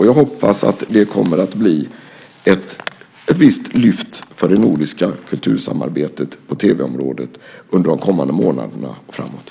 Jag hoppas att det kommer att bli ett visst lyft för det nordiska kultursamarbetet på tv-området under de kommande månaderna och framåt.